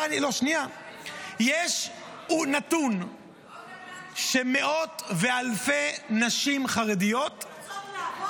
יש נתון שלפיו מאות ואלפי נשים חרדיות -- שרוצות לעבוד וללמוד.